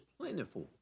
plentiful